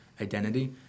identity